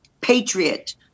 patriot